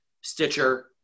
stitcher